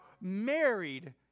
married